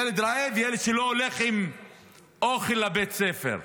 ילד רעב ילד שלא הולך עם אוכל לבית ספר.